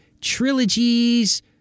trilogies